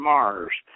Mars